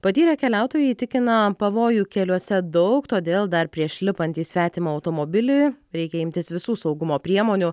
patyrę keliautojai tikina pavojų keliuose daug todėl dar prieš lipant į svetimą automobilį reikia imtis visų saugumo priemonių